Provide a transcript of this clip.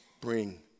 bring